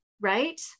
Right